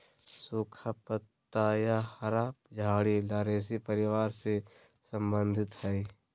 सुखा पत्ता या हरा झाड़ी लॉरेशी परिवार से संबंधित हइ